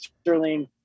Sterling